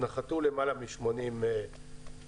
נחתו למעלה מ-80 פועלים,